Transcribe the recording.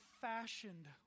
fashioned